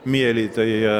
mieli tai